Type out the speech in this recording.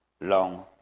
long